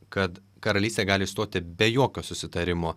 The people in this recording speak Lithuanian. kad karalystė gali išstoti be jokio susitarimo